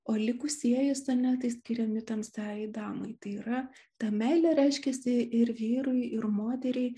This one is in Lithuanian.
o likusieji sonetai skiriami tamsiajai damai tai yra ta meilė reiškiasi ir vyrui ir moteriai